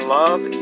love